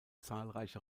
zahlreiche